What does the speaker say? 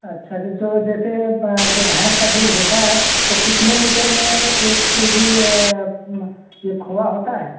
अच्छा तो जो जैसे जो भैंस का दूध होता है वो कितने लीटर में एक के जी ये खोआ होता है